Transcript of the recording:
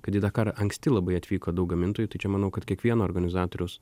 kad į dakarą anksti labai atvyko daug gamintojų tai čia manau kad kiekvieno organizatoriaus